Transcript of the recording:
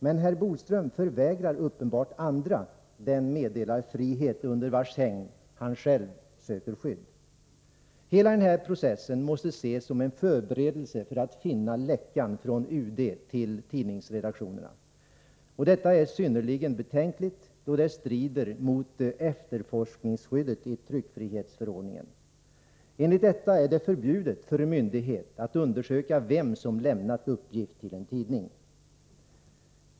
Men det är uppenbart att herr Bodström förvägrar andra den meddelarfrihet under vars hägn han själv söker skydd. Hela den här processen måste ses som en förberedelse i arbetet med att finna läckan — från UD till tidningsredaktionerna. Detta är synnerligen betänkligt, då det strider mot efterforskningsskyddet i tryckfrihetsförordningen. I enlighet därmed är det förbjudet för en myndighet att undersöka vem som lämnat uppgifter till en tidning.